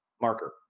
marker